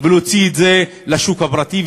ולהוציא את זה לשוק הפרטי,